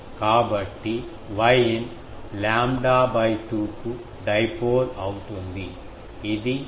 కాబట్టి Yin lambda 2 కు dipole అవుతుంది ఇది Y1 4 అవుతుంది